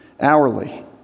hourly